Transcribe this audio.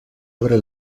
abre